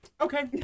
Okay